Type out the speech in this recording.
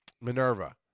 Minerva